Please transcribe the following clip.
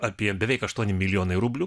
apie beveik aštuoni milijonai rublių